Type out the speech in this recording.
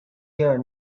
here